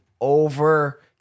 over